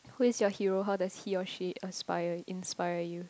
who is your hero how does he or she aspire inspire you